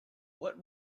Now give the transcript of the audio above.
what